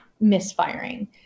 misfiring